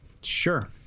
Sure